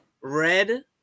Red